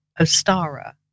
Ostara